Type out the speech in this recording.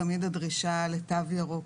תמיד הדרישה לתו ירוק,